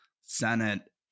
Senate